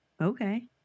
okay